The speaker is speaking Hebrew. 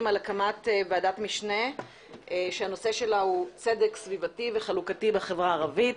על הקמת ועדת משנה שהנושא שלה הוא צדק סביבתי וחלוקתי בחברה הערבית.